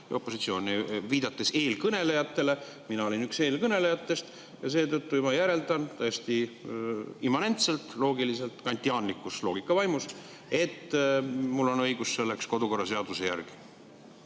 seisukohtadest, viidates eelkõnelejatele. Mina olin üks eelkõnelejatest ja seetõttu ma järeldan täiesti immanentselt, loogiliselt, kantiaanliku loogika vaimus, et mul on selleks kodukorraseaduse järgi